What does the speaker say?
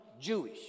Jewish